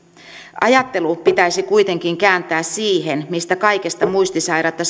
ajattelu pitäisi kuitenkin kääntää siihen mistä kaikesta muistisairautta